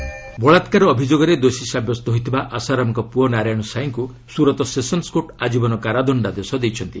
ନାରାୟଣ ସାଇ ସେଣ୍ଟେନ୍ନ ବଳାକ୍କାର ଅଭିଯୋଗରେ ଦୋଷୀ ସାବ୍ୟସ୍ତ ହୋଇଥିବା ଆଶାରାମଙ୍କ ପୁଅ ନାରାୟଣ ସାଇଙ୍କୁ ସ୍ୱରତ ସେସନ୍ୱ କୋର୍ଟ୍ ଆଜୀବନ କାରାଦଣ୍ଡାଦେଶ ଦେଇଛନ୍ତି